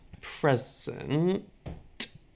present